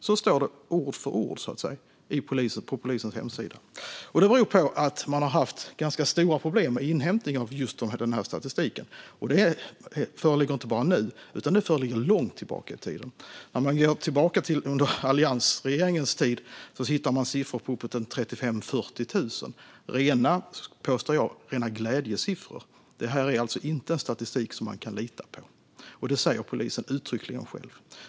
Så står det, ord för ord, på polisens hemsida. Detta beror på att man har haft ganska stora problem med inhämtning av just den statistiken. Det gäller inte bara nu utan även långt tillbaka i tiden. Om vi går tillbaka till alliansregeringens tid hittar vi siffror på uppåt 35 000-40 000. Det påstår jag är rena glädjesiffror. Det är alltså inte statistik som det går att lita på. Och det säger polisen uttryckligen själv.